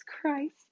Christ